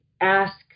ask